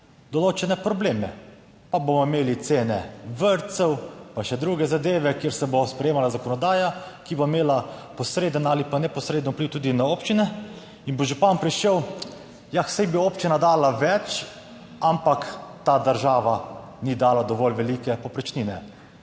določene probleme pa bomo imeli, cene vrtcev, pa še druge zadeve, kjer se bo sprejemala zakonodaja, ki bo imela posreden ali neposreden vpliv tudi na občine. In bo župan prišel, "ja, saj bo občina dala več, ampak ta država ni dala dovolj velike povprečnine."